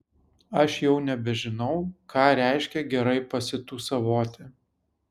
aš jau nebežinau ką reiškia gerai pasitūsavoti